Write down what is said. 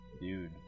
dude